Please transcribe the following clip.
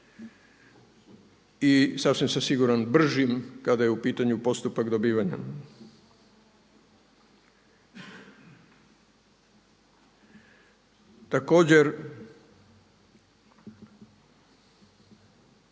I sasvim sam siguran bržim kada je u pitanju postupak dobivanja. Također,